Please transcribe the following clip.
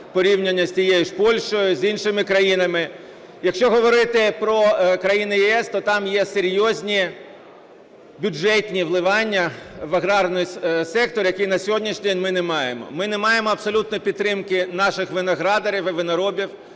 порівняно з тією ж Польщею, з іншими країнами. Якщо говорити про країни ЄС, то там є серйозні бюджетні вливання в аграрний сектор, який на сьогоднішній день ми не маємо. Ми не маємо абсолютної підтримки наших виноградарів і виноробів,